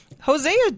Hosea